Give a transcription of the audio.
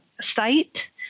site